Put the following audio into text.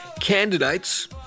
Candidates